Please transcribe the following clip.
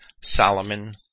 Solomon